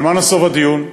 ועל מה נסב הדיון?